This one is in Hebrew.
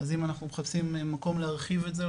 אז אם אנחנו מחפשים מקום להרחיב את זה,